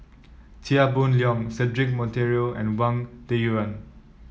Chia Boon Leong Cedric Monteiro and Wang Dayuan